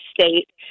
state